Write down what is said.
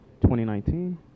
2019